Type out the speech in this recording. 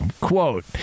Quote